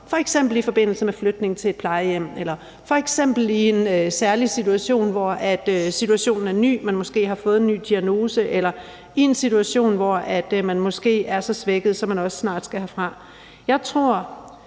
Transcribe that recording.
f.eks. i forbindelse med flytning til et plejehjem eller f.eks. i en særlig situation, hvor situationen er ny, hvor man måske har fået en ny diagnose eller i en situation, hvor man måske er så svækket, så man også snart skal herfra. Jeg tror,